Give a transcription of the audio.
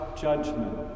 judgment